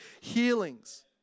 healings